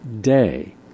day